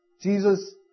Jesus